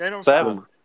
Seven